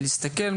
להסתכל,